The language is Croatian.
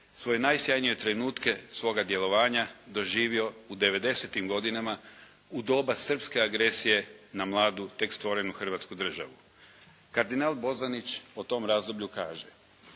svoje najsjajnije trenutke svoga djelovanja doživio u 90-tim godinama u doba srpske agresije na mladu, tek stvorenu Hrvatsku državu. Kardinal Bozanić o tom razdoblju kaže: